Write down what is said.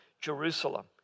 Jerusalem